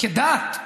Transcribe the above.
כדת,